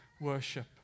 worship